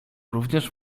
również